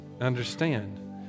understand